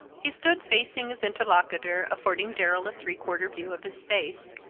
he stood facing his interlocutor, affording darrell a three-quarter view of his face,